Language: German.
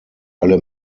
alle